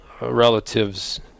relatives